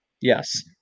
Yes